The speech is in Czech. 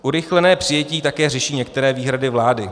Urychlené přijetí také řeší některé výhrady vlády.